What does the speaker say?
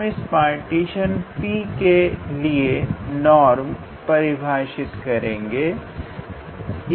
हम इस partition P के लिए नॉर्म परिभाषित करेंगे